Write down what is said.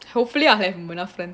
hopefully I'll have enough friend